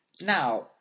Now